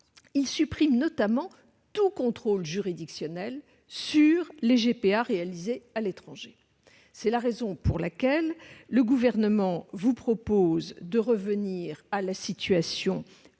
il supprime notamment tout contrôle juridictionnel sur les GPA réalisées à l'étranger. C'est la raison pour laquelle le Gouvernement vous propose de revenir à la situation